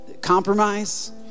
compromise